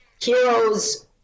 heroes